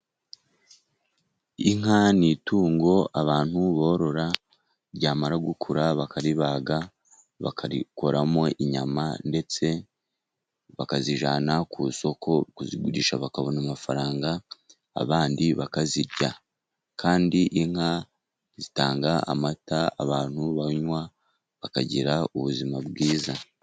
Inka ni itungo abantu borora, ryamara gukura bakaribaga bakarikoramo inyama, ndetse bakazijyana ku isoko kuzigurisha bakabona amafaranga, abandi bakazirya. Kandi inka zitanga amata abantu banywa, bakagira ubuzima bwiza.